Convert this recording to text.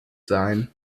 sein